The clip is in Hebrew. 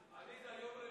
הדיגיטל הלאומי